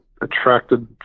attracted